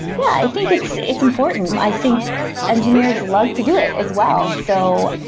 yeah, i think it's it's important. i think engineers love to do it as well. so,